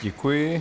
Děkuji.